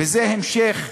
וזה המשך,